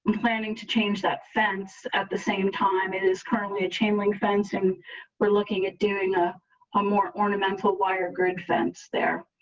planning to change that fence at the same time, it is currently a chain link fence and we're looking at doing ah a more ornamental wire grid fence there.